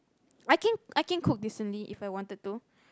I can I can cook decently If I wanted to